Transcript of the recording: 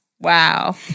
Wow